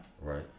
Right